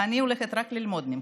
ואני הולכת רק ללמוד ממך.